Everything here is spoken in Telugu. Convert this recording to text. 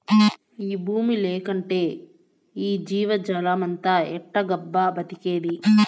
ఈ బూమి లేకంటే ఈ జీవజాలమంతా ఎట్టాగబ్బా బతికేది